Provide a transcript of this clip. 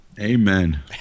Amen